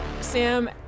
Sam